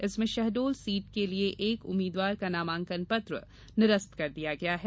इसमें शहडोल सीट के लिए एक उम्मीदवार का नामांकन पत्र निरस्त कर दिया गया है